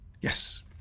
Yes